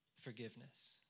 forgiveness